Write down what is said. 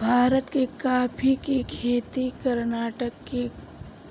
भारत में काफी के खेती कर्नाटक के